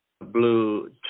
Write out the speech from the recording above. blue